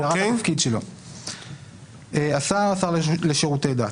השר לשירותי דת.